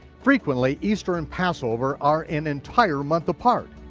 frequently, easter and passover are an entire month apart.